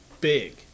big